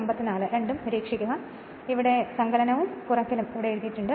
അതിനാൽ അത് സങ്കലനവും കുറയ്ക്കലും എന്ന് എഴുതിയിരിക്കുന്നു